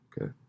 Okay